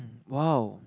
!wow!